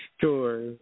Sure